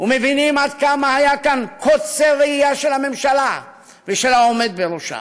ומבינים עד כמה היה כאן קוצר ראייה של הממשלה ושל העומד בראשה.